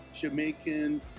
Jamaican